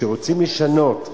כשרוצים לשנות ממשרדים,